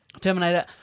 Terminator